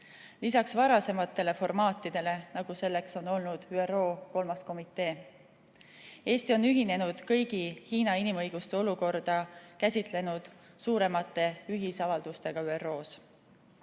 lisaks varasematele formaatidele, nagu selleks on olnud ÜRO 3. komitee. Eesti on ühinenud kõigi Hiina inimõiguste olukorda käsitlenud suuremate ühisavaldustega ÜRO-s.